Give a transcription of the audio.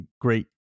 great